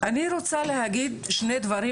אני רוצה לומר כמה דברים,